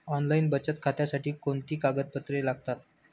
Online बचत खात्यासाठी कोणती कागदपत्रे लागतात?